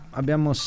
abbiamo